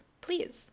please